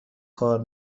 کار